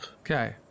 Okay